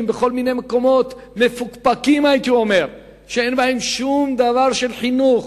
ובכל מיני מקומות מפוקפקים שאין בהם שום דבר של חינוך,